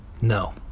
No